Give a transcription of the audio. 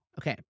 Okay